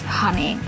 honey